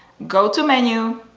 go to menu,